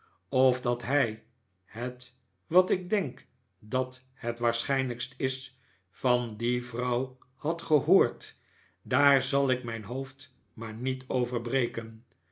denk dat het waarschijnlijkst is van die vrouw had gehoord daar zal ik mijn hoofd maar niet over breken